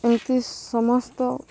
ଏମିତି ସମସ୍ତ